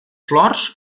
flors